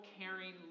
caring